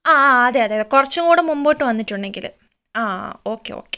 ആ ആ അതെ അതെ കുറച്ചുകൂടെ മുമ്പോട്ടു വന്നിട്ടുണ്ടെങ്കിൽ ആ ആ ഓക്കേ ഓക്കേ